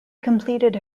completed